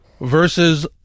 versus